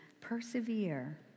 persevere